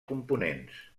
components